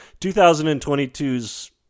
2022's